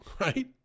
right